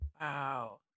Wow